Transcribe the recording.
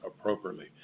appropriately